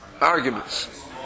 arguments